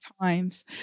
times